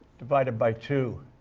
divided by two.